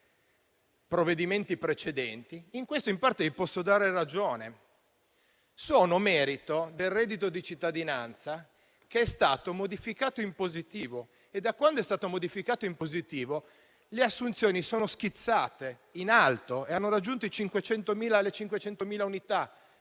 provvedimenti precedenti. In questo in parte gli posso dare ragione: sono merito del reddito di cittadinanza che è stato modificato in positivo. Da quel momento le assunzioni sono schizzate in alto e hanno raggiunto le 500.000 unità: